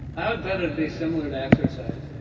i would bet it'd be similar to exercise.